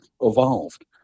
evolved